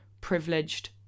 privileged